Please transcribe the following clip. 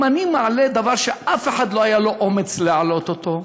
אם אני מעלה דבר שאף אחד לא היה לו אומץ להעלות אותו,